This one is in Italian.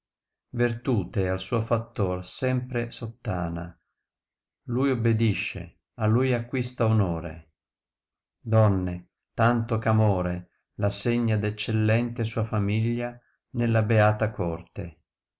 yertnte al suo fattor senfpre sottana lui obbedisce a lui acquista onore donne tanto eh amore la segna d eccellente sua famiglia nella beata corte